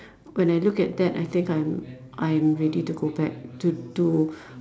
when I look at that I think I'm I'm ready to go back to to